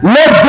Let